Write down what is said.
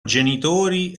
genitori